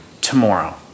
tomorrow